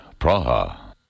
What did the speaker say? Praha